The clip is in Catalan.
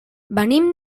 venim